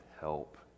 help